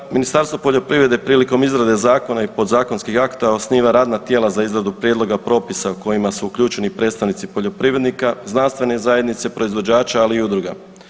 Dakle, Ministarstvo poljoprivrede prilikom izrade zakona i podzakonskih akta osniva radna tijela za izradu prijedloga, propisa u kojima su uključeni predstavnici poljoprivrednika, znanstvene zajednice proizvođača, ali i udruga.